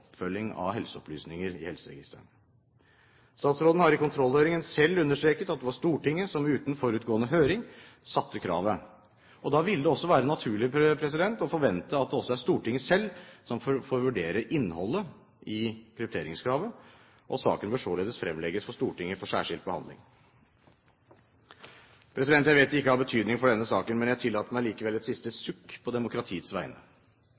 av helseopplysninger i helseregistrene. Statsråden understreket selv i kontrollhøringen at det var Stortinget som uten forutgående høring satte kravet. Da ville det også være naturlig å forvente at det er Stortinget selv som får vurdere innholdet i krypteringskravet, og saken bør således fremlegges for Stortinget for særskilt behandling. Jeg vet det ikke har betydning for denne saken, men jeg tillater meg likevel et siste sukk på demokratiets vegne.